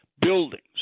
buildings